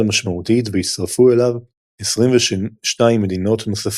משמעותית והצטרפו אליו 22 מדינות נוספות.